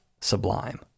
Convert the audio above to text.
sublime